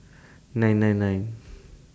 nine nine nine